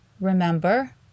remember